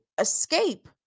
escape